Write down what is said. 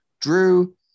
Drew